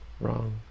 wrong